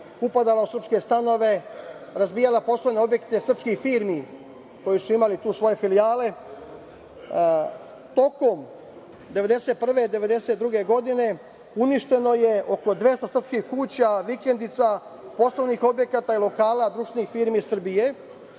upadala u srpske stanove, razbijala poslovne objekte srpskih firmi koje su imale tu svoje filijale. Tokom 1991-1992. godine uništeno je oko 200 srpskih kuća, vikendica, poslovnih objekata i lokala društvenih firmi Srbije,